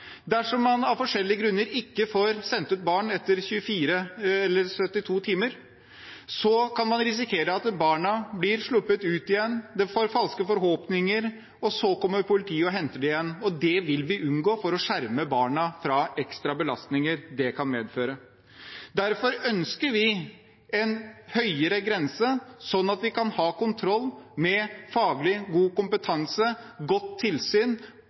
Dersom man av forskjellige grunner ikke får sendt ut barn etter 72 timer, kan man risikere at barna blir sluppet ut igjen, får falske forhåpninger, og så kommer politiet og henter dem igjen. Det vil vi unngå for å skjerme barna fra de ekstra belastningene det kan medføre. Derfor ønsker vi en høyere grense, slik at vi kan ha kontroll, med god faglig kompetanse og godt tilsyn,